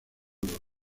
oro